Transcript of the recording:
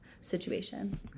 situation